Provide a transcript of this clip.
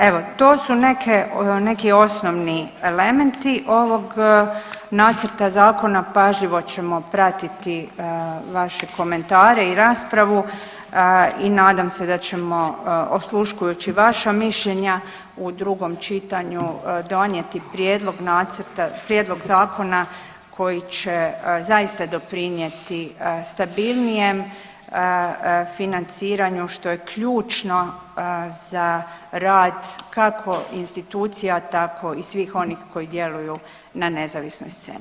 Evo to su neke, neki osnovni elementi ovog nacrta zakona, pažljivo ćemo pratiti vaše komentare i raspravu i nadam se da ćemo osluškujući vaša mišljenja u drugom čitanju donijeti prijedlog nacrta, prijedlog zakona koji će zaista doprinjeti stabilnijem financiranju što je ključno za rad kako institucija tako i svih onih koji djeluju na nezavisnoj sceni.